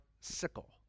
sickle